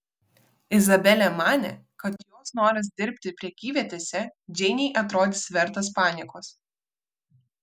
izabelė manė kad jos noras dirbti prekyvietėse džeinei atrodys vertas paniekos